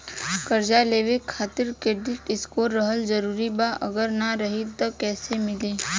कर्जा लेवे खातिर क्रेडिट स्कोर रहल जरूरी बा अगर ना रही त कैसे मिली?